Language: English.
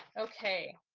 okay.